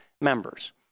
members